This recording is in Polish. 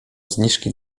zniżki